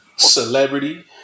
Celebrity